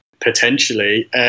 potentially